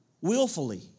Willfully